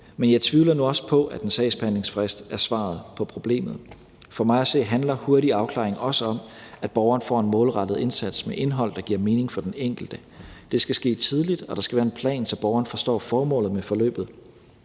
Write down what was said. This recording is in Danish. Men jeg tvivler nu også på, at en sagsbehandlingsfrist er svaret på problemet. For mig at se handler hurtig afklaring også om, at borgeren får en målrettet indsats med indhold, der giver mening for den enkelte. Det skal ske tidligt, og der skal være en plan, så borgeren forstår formålet med forløbet.